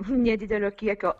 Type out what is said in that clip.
nedidelio kiekio